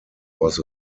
was